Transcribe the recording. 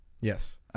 Yes